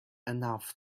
enough